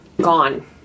Gone